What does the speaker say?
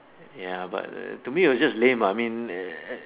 ya but the to me it's just lame lah I mean eh